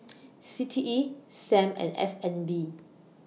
C T E SAM and S N B